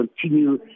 continue